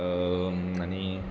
आनी